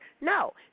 No